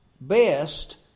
best